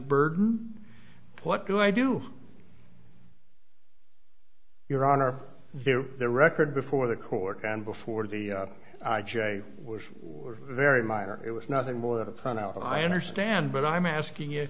burden what do i do your honor there the record before the court and before the day was very minor it was nothing more than a ton of i understand but i'm asking you